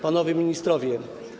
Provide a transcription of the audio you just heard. Panowie Ministrowie!